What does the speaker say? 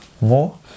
more